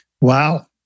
Wow